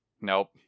Nope